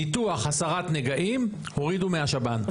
ניתוח הסרת נגעים הורידו מהשב"ן.